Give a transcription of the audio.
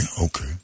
okay